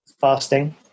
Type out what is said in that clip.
Fasting